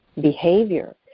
behavior